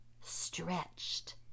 stretched